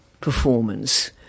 performance